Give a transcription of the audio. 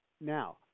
now